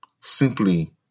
simply